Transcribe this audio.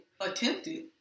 Attempted